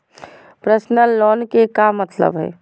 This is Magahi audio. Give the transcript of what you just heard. पर्सनल लोन के का मतलब हई?